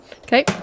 Okay